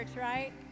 right